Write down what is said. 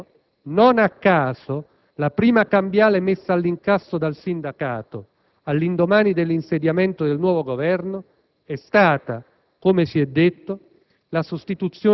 Del resto, non a caso, la prima cambiale messa all'incasso dal sindacato, all'indomani dell'insediamento del nuovo Governo, è stata, come si è detto,